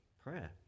prayer